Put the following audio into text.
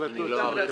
אני לא אאריך